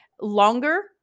longer